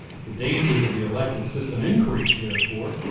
the dangers of the elective system increase, therefore,